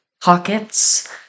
pockets